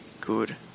good